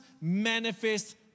manifest